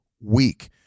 week